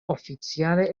oficiale